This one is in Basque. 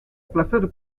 plazer